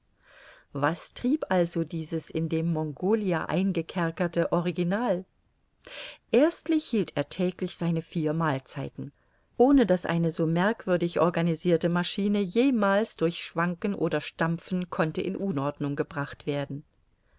was trieb also dieses in dem mongolia eingekerkerte original erstlich hielt er täglich seine vier mahlzeiten ohne daß eine so merkwürdig organisirte maschine jemals durch schwanken oder stampfen konnte in unordnung gebracht werden